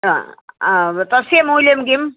तस्य मूल्यं किम्